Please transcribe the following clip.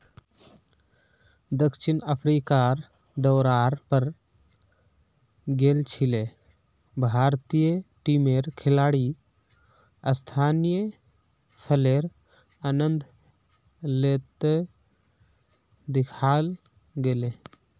दक्षिण अफ्रीकार दौरार पर गेल छिले भारतीय टीमेर खिलाड़ी स्थानीय फलेर आनंद ले त दखाल गेले